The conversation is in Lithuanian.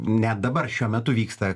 net dabar šiuo metu vyksta